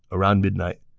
around midnight,